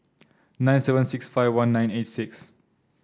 nine seven six five one nine eight six